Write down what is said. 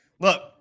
Look